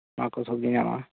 ᱱᱚᱣᱟ ᱠᱚ ᱥᱚᱵᱡᱤ ᱧᱟᱢᱚᱜᱼᱟ